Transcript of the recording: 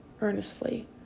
earnestly